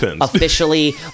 officially